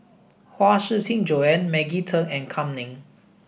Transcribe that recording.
Huang Shiqi Joan Maggie Teng and Kam Ning